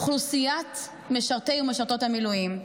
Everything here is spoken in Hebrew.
אוכלוסיית משרתי ומשרתות המילואים.